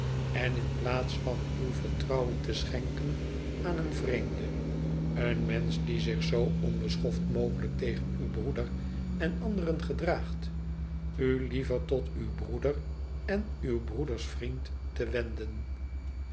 en in plaats van uw vertrouwen te schenken aan een vreemde een mensch die zich zoo onbeschoft mogelijk tegen uw broeder en anderen gedraagt u liever tot uw broeder en uw broeders vriend te wenden